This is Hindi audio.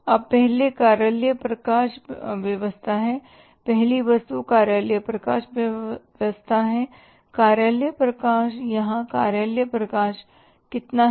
अब पहले कार्यालय प्रकाश व्यवस्था है पहली वस्तु कार्यालय प्रकाश व्यवस्था है कार्यालय प्रकाश यहाँ कार्यालय प्रकाश कितना है